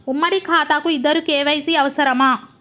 ఉమ్మడి ఖాతా కు ఇద్దరు కే.వై.సీ అవసరమా?